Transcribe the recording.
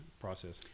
process